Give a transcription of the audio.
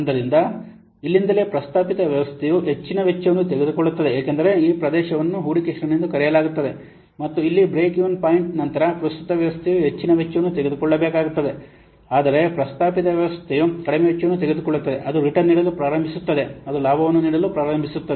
ಆದ್ದರಿಂದ ಇಲ್ಲಿಂದಲೇ ಪ್ರಸ್ತಾಪಿತ ವ್ಯವಸ್ಥೆಯು ಹೆಚ್ಚಿನ ವೆಚ್ಚವನ್ನು ತೆಗೆದುಕೊಳ್ಳುತ್ತದೆ ಏಕೆಂದರೆ ಈ ಪ್ರದೇಶವನ್ನು ಹೂಡಿಕೆ ಶ್ರೇಣಿ ಎಂದು ಕರೆಯಲಾಗುತ್ತದೆ ಮತ್ತು ಇಲ್ಲಿ ಬ್ರೇಕ್ ಈವನ್ ಪಾಯಿಂಟ್ ನಂತರ ಪ್ರಸ್ತುತ ವ್ಯವಸ್ಥೆಯು ಹೆಚ್ಚಿನ ವೆಚ್ಚವನ್ನು ತೆಗೆದುಕೊಳ್ಳುತ್ತದೆ ಆದರೆ ಪ್ರಸ್ತಾಪಿತ ವ್ಯವಸ್ಥೆಯು ಕಡಿಮೆ ವೆಚ್ಚವನ್ನು ತೆಗೆದುಕೊಳ್ಳುತ್ತದೆ ಅದು ರಿಟರ್ನ್ ನೀಡಲು ಪ್ರಾರಂಭಿಸುತ್ತದೆ ಅದು ಲಾಭವನ್ನು ನೀಡಲು ಪ್ರಾರಂಭಿಸುತ್ತದೆ